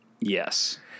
Yes